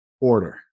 order